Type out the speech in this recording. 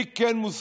מי כן מוסמך?